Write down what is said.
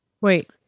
Wait